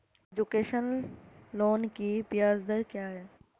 Education loan की ब्याज दर क्या है?